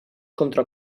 contra